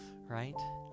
right